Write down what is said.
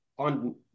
On